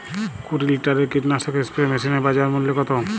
কুরি লিটারের কীটনাশক স্প্রে মেশিনের বাজার মূল্য কতো?